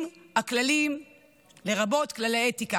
הם יוכלו להשתלב בעבודה ובוודאי בתוך המערכת הציבורית.